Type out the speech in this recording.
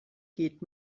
geht